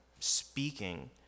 Speaking